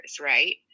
right